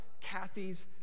Kathy's